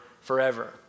forever